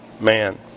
man